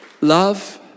Love